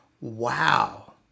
wow